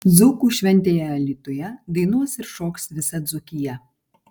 dzūkų šventėje alytuje dainuos ir šoks visa dzūkija